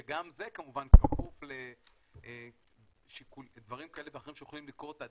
שגם זה כמובן כפוף לדברים כאלה ואחרים שיכולים לקרות,